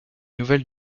nouvelle